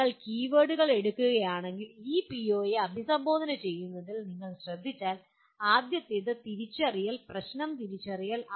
നിങ്ങൾ കീവേഡുകൾ എടുക്കുകയാണെങ്കിൽ ഈ പിഒയെ അഭിസംബോധന ചെയ്യുന്നതിൽ നിങ്ങൾ ശ്രദ്ധിച്ചാൽ ആദ്യത്തെത് തിരിച്ചറിയൽ പ്രശ്നം തിരിച്ചറിയൽ